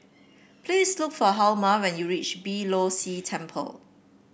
please look for Hjalmer when you reach Beeh Low See Temple